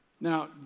Now